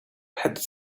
had